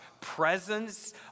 presence